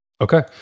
Okay